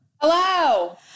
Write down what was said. Hello